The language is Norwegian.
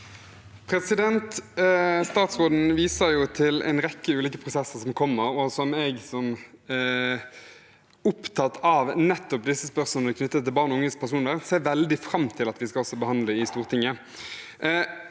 Statsråden viser til en rekke ulike prosesser som kommer, og som jeg, som er opptatt av nettopp disse spørsmålene knyttet til barn og unges personvern, ser veldig fram til at vi skal behandle i Stortinget.